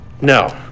No